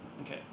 Okay